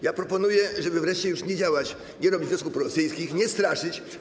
Ja proponuję, żeby wreszcie już nie działać, nie robić ruchów prorosyjskich, nie straszyć.